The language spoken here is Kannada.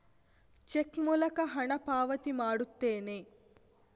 ಚೆಕ್ ಮೂಲಕ ಹಣ ಪಾವತಿ ಮಾಡುತ್ತೇನೆ